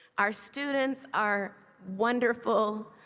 our students are wonderful.